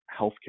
healthcare